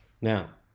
Now